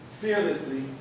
fearlessly